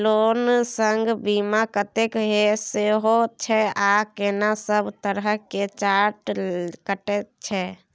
Loan संग बीमा कत्ते के होय छै आ केना सब तरह के चार्ज कटै छै?